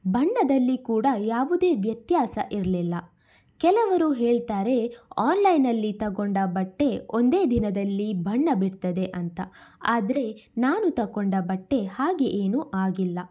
ಬಣ್ಣದಲ್ಲಿ ಕೂಡ ಯಾವುದೇ ವ್ಯತ್ಯಾಸ ಇರಲಿಲ್ಲ ಕೆಲವರು ಹೇಳ್ತಾರೆ ಆನ್ಲೈನಲ್ಲಿ ತಗೊಂಡ ಬಟ್ಟೆ ಒಂದೇ ದಿನದಲ್ಲಿ ಬಣ್ಣ ಬಿಡ್ತದೆ ಅಂತ ಆದರೆ ನಾನು ತಕೊಂಡ ಬಟ್ಟೆ ಹಾಗೆ ಏನೂ ಆಗಿಲ್ಲ